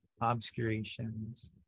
obscurations